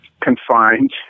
confined